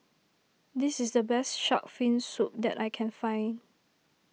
this is the best Shark's Fin Soup that I can find